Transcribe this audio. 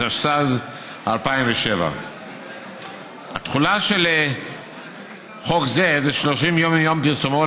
התשס"ז 2007". התחילה של חוק זה היא 30 ימים מיום פרסומו,